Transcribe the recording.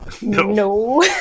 No